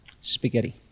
spaghetti